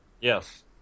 Yes